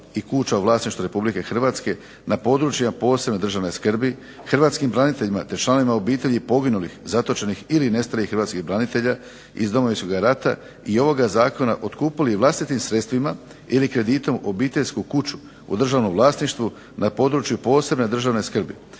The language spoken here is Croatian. i kuća u vlasništvu Republike Hrvatske na područjima posebne državne skrbi, hrvatskim braniteljima te članovima obitelji poginulih, zatočenih ili nestalih hrvatskih branitelja iz Domovinskoga rata i ovoga zakona otkupili vlastitim sredstvima ili kreditom obiteljsku kuću u državnom vlasništvu na području posebne državne skrbi.